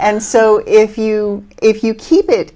and so if you if you keep it